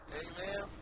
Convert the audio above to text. amen